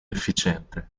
efficiente